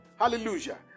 Hallelujah